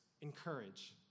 encourage